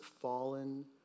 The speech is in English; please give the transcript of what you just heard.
fallen